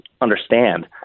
understand